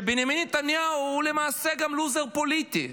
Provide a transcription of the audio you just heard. שבנימין נתניהו הוא למעשה גם לוזר פוליטי: